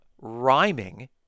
rhyming